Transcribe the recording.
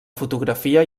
fotografia